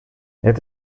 het